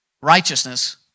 righteousness